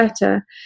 better